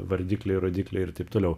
vardikliai rodikliai ir taip toliau